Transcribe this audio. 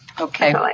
Okay